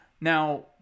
Now